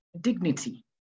dignity